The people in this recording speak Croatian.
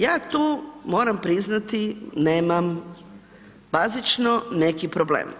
Ja tu, moram priznati nemam bazično neki problem.